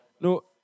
No